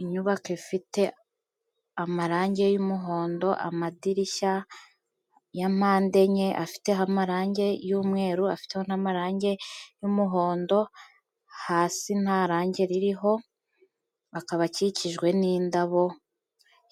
Inyubako ifite amarange y'umuhondo, amadirishya ya mpande enye afiteho amarangi y'umweru, afite n'amarange y'umuhondo, hasi nta range ririho, akaba akikijwe n'indabo,